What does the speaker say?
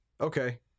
Okay